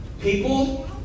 People